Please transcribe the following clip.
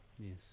Yes